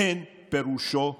אין פירושו 'צדק',